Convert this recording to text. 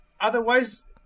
Otherwise